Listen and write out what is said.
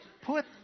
put